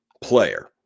player